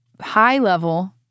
high-level